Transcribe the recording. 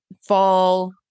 fall